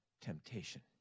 temptation